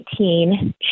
2018